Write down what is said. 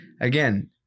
again